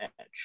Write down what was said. edge